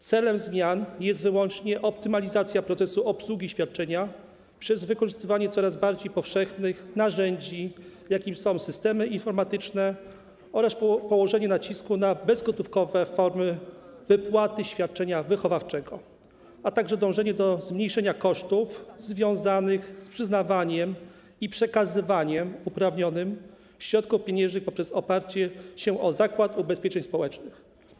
Celem zmian jest wyłącznie optymalizacja procesu obsługi świadczenia przez wykorzystywanie coraz bardziej powszechnych narzędzi, jakim są systemy informatyczne, oraz położenie nacisku na bezgotówkowe formy wypłaty świadczenia wychowawczego, a także dążenie do zmniejszenia kosztów związanych z przyznawaniem i przekazywaniem uprawnionym środków pieniężnych poprzez oparcie się o Zakład Ubezpieczeń Społecznych.